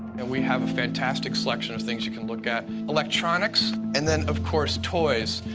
and we have a fantastic selection of things you can look at. electronics and then of course toys.